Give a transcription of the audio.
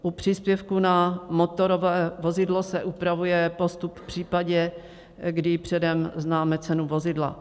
U příspěvku na motorové vozidlo se upravuje postup v případě, kdy předem známe cenu vozidla.